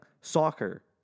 soccer